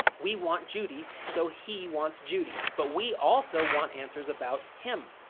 we want judy, so he wants judy, but we also want answers about him,